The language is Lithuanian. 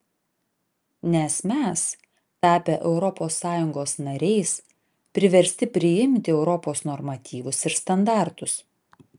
nes mes tapę europos sąjungos nariais priversti priimti europos normatyvus ir standartus